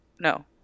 no